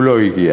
הוא לא הגיע.